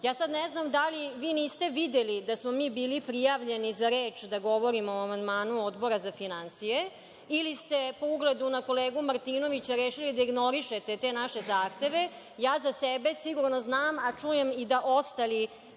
ne znam da li vi niste videli da smo mi bili prijavljeni za reč da govorimo o amandmanu Odbora za finansije, ili ste po ugledu na kolegu Martinovića, rešili da ignorišete te naše zahteve. Za sebe sigurno znam, a čujem i da ostali